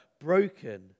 broken